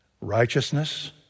Righteousness